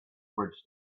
bridge